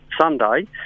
Sunday